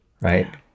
right